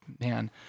man